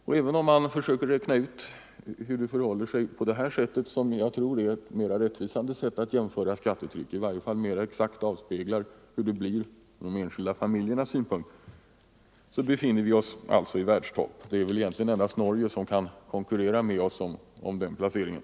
Och om man försöker räkna ut hur det förhåller sig i det här avseendet — jag tror att det är ett rättvisande sätt när det gäller att jämföra skattetryck eller i varje fall mer exakt avspeglar hur det blir ur de enskilda familjernas synpunkt — finner man att Sverige ligger i världstopp. Det är egentligen endast Norge som kan konkurrera med oss om den placeringen.